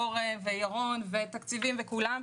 אורן וירון ואגף התקציבים וכולם,